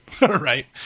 Right